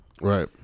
Right